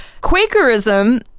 Quakerism